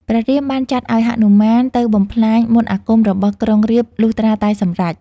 ព្រះរាមបានចាត់ឱ្យហនុមានទៅបំផ្លាញ មន្តអាគមរបស់ក្រុងរាពណ៍លុះត្រាតែសម្រេច។